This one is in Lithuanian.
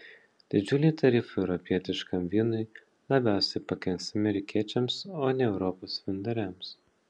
didžiuliai tarifai europietiškam vynui labiausiai pakenks amerikiečiams o ne europos vyndariams